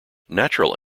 natural